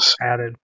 Added